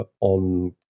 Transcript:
on